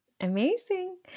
Amazing